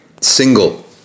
single